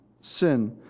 sin